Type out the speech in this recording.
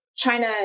China